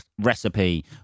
recipe